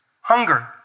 hunger